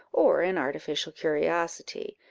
or an artificial curiosity,